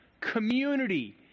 community